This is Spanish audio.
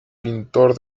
pintor